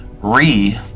re